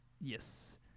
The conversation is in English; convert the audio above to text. Yes